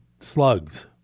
slugs